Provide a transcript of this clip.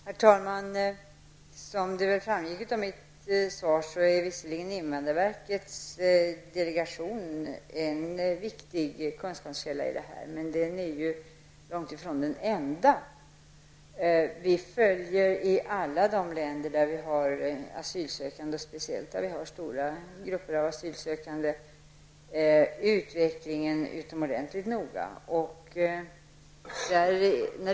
Herr talman! Som det väl framgick av mitt svar är visserligen invandrarverkets delegation en viktig kunskapskälla, men den är långt ifrån den enda. I alla de länder vi har asylsökande, speciellt när det gäller stora grupper, följer vi utvecklingen utomordentligt noga.